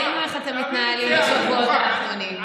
ראינו איך אתם מתנהלים בשבועות האחרונים.